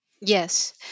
Yes